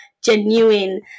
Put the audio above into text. genuine